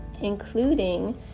including